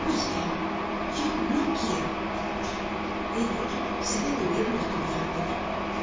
pues bien yo no quiero ellos se detuvieron estupefactos